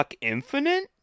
infinite